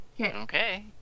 Okay